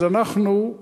אנחנו,